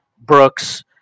Brooks